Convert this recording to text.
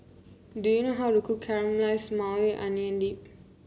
do you know how to cook Caramelized Maui Onion Dip